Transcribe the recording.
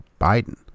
Biden